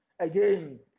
Again